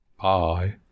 bye